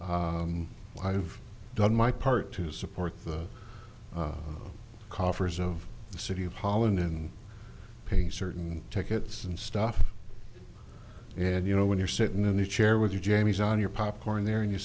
holland i've done my part to support the coffers of the city of holland and pay certain tickets and stuff and you know when you're sitting in the chair with you jamie's on your popcorn there and you